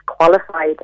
qualified